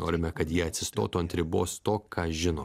norime kad jie atsistotų ant ribos to ką žino